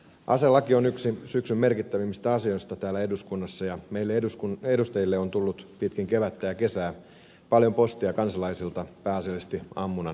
aselaki on yksi syksyn merkittävimmistä asioista täällä eduskunnassa ja meille edustajille on tullut pitkin kevättä ja kesää paljon postia kansalaisilta pääasiallisesti ammunnan harrastajilta